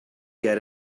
get